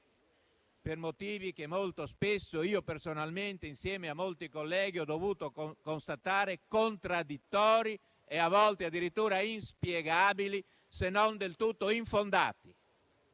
per motivi che molto spesso io personalmente, insieme a molti colleghi, ho dovuto constatare che apparissero contraddittori e a volte addirittura inspiegabili, se non del tutto infondati.